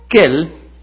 kill